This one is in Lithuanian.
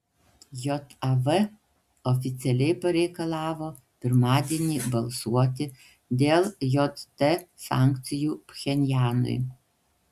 jav oficialiai pareikalavo pirmadienį balsuoti dėl jt sankcijų pchenjanui